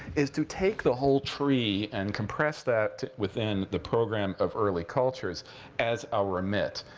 is to take the whole tree and compress that within the program of early cultures as our remit.